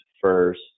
first